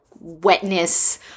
wetness